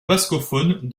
bascophone